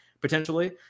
potentially